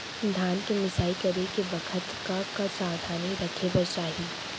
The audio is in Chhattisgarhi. धान के मिसाई करे के बखत का का सावधानी रखें बर चाही?